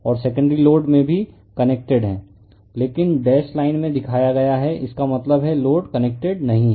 और secondary load में भी कनेक्टेड है लेकिन डैश लाइन में दिखाया गया है इसका मतलब है लोड कनेक्टेड नहीं है